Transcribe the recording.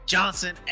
Johnson